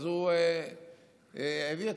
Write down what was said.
הוא הביא את,